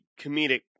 comedic